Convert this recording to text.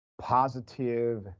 positive